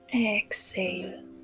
Exhale